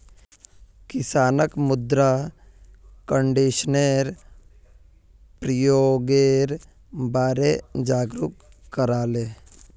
किसानक मृदा कंडीशनरेर प्रयोगेर बारे जागरूक कराले